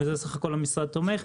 בזה המשרד תומך.